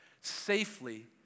safely